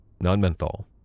non-menthol